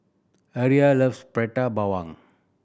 Aria loves Prata Bawang